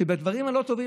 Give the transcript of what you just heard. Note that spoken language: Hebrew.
כשבדברים הלא-טובים,